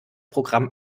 programm